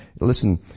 listen